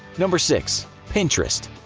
number six. pinterest.